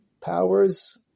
powers